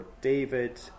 David